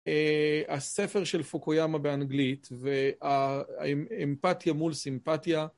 הספר של פוקויאמה באנגלית והאמפתיה מול סימפתיה